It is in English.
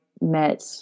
met